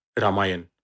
Ramayana